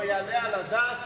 לא יעלה על הדעת,